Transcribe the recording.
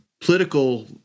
political